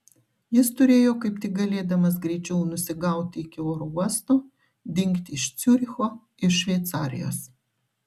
jis turėjo kaip tik galėdamas greičiau nusigauti iki oro uosto dingti iš ciuricho iš šveicarijos